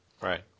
right